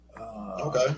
Okay